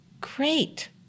great